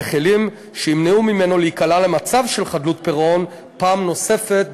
בכלים שימנעו ממנו להיקלע למצב של חדלות פירעון פעם נוספת,